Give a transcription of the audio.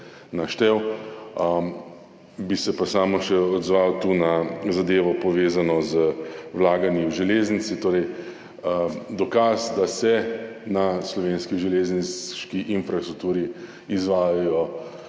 naštel, bi se pa tu samo še odzval na zadevo, povezano z vlaganji v železnice. Dokaz, da se na slovenski železniški infrastrukturi izvajajo